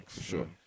sure